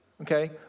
okay